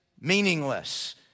meaningless